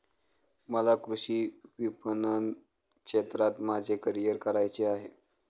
मला कृषी विपणन क्षेत्रात माझे करिअर करायचे आहे